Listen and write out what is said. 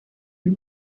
you